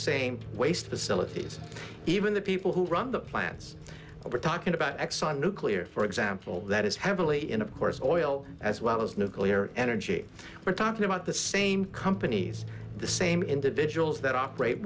same waste facilities even the people who run the plants we're talking about exxon nuclear for example that is heavily in of course oil as well as nuclear energy we're talking about the same companies the same individuals that operate